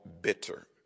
bitter